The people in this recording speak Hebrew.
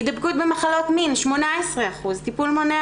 הידבקות במחלות מין 18. טיפול מונע